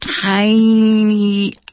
tiny